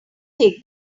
take